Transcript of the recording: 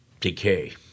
decay